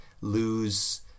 lose